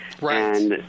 Right